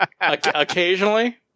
Occasionally